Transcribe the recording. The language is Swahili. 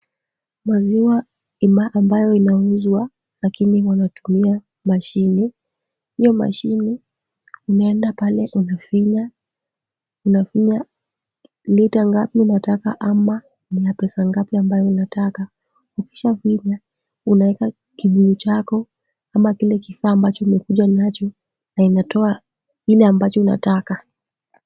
Maziwa ambayo inauzwa lakini wanatumia mashine. Hiyo mashine unaenda pale unafinya lita ngapi unataka ama ni ya pesa ngapi ambayo unataka. Ukishafinya unaweka kibuyu chako ama kile kifaa ambacho umekuja nacho, na inatoa ile ambacho unataka.